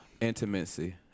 Intimacy